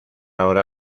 ahora